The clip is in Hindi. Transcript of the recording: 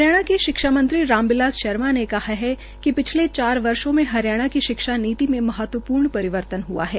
हरियाणा के शिक्षामंत्री राम बिलास शर्मा ने कहा कि पिछले चार वर्षो में हरियाणा की शिक्षा नीति में महत्वपूर्ण परिवर्तन हआ है